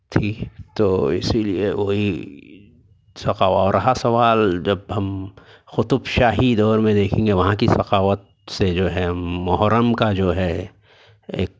تھی تو اِسی لئے وہی ثقاوا رہا سوال جب ہم قطب شاہی دور میں دیکھیں گے وہاں کی سخوت سے جو ہے محرم کا جو ہے اک